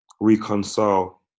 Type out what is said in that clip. reconcile